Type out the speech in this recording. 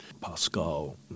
Pascal